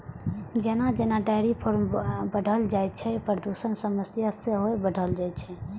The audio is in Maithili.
जेना जेना डेयरी फार्म बढ़ल जाइ छै, प्रदूषणक समस्या सेहो बढ़ै छै